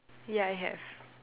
yeah I have